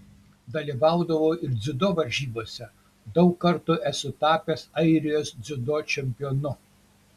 dalyvaudavau ir dziudo varžybose daug kartų esu tapęs airijos dziudo čempionu